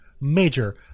major